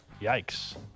Yikes